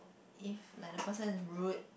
if like the person is rude